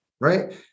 right